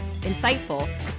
insightful